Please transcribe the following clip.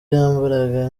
yambaraga